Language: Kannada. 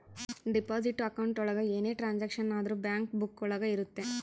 ಡೆಪಾಸಿಟ್ ಅಕೌಂಟ್ ಒಳಗ ಏನೇ ಟ್ರಾನ್ಸಾಕ್ಷನ್ ಆದ್ರೂ ಬ್ಯಾಂಕ್ ಬುಕ್ಕ ಒಳಗ ಇರುತ್ತೆ